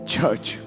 Church